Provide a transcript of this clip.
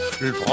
Le